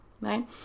Right